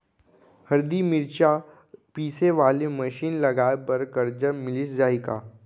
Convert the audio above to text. हरदी, मिरचा पीसे वाले मशीन लगाए बर करजा मिलिस जाही का?